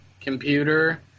computer